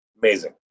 Amazing